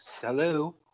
Hello